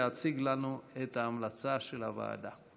להציג לנו את ההמלצה של הוועדה.